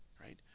right